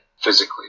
physically